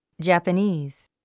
Japanese